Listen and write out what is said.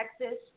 Texas